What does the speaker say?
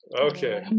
Okay